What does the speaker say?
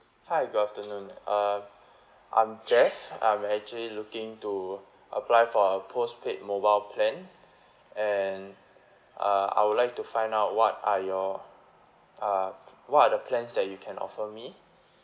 hi good afternoon uh I'm jeff I'm actually looking to apply for a postpaid mobile plan and uh I would like to find out what are your uh what are the plans that you can offer me